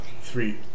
three